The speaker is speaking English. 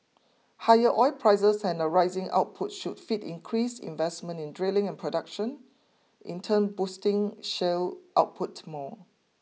higher oil prices and rising output should feed increased investment in drilling and production in turn boosting shale output more